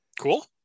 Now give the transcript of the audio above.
cool